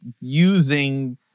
using